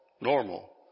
normal